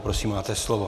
Prosím, máte slovo.